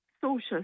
social